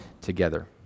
together